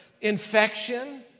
infection